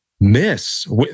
miss